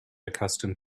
accustomed